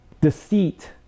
deceit